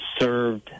served